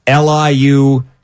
LIU